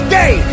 day